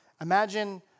Imagine